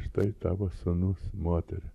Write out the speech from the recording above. štai tavo sūnus moterį